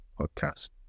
podcast